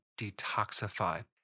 detoxify